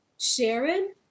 Sharon